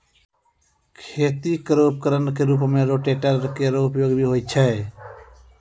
खेती केरो उपकरण क रूपों में रोटेटर केरो उपयोग भी होय छै